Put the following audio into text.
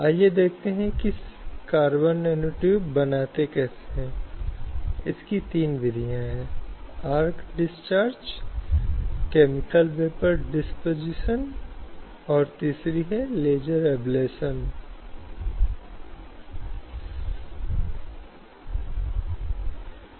हालाँकि इससे कहीं न कहीं हमारे संघर्ष की स्थिति हमारे संघर्ष को एक अर्थ में बदल दिया गया है चूंकि ये स्थान पारंपरिक रूप से पुरुषों के लिए आरक्षित थे इसलिए पुरुष अन्य पुरुषों को स्वीकार करने के कई गुना अधिक आदी थे